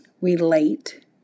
relate